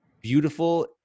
beautiful